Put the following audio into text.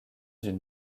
d’une